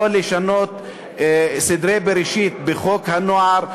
לא לשנות סדרי בראשית בחוק הנוער,